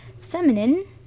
feminine